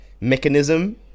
mechanism